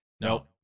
No